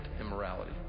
immorality